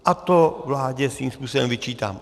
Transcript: A to vládě svým způsobem vyčítám.